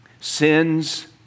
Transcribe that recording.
Sin's